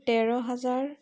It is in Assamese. তেৰ হাজাৰ